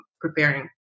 preparing